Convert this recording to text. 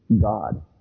God